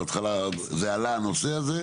בהתחלת הדיון הנושא הזה עלה,